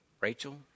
Rachel